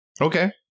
Okay